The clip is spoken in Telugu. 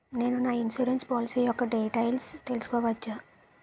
నేను నా ఇన్సురెన్స్ పోలసీ యెక్క డీటైల్స్ తెల్సుకోవచ్చా?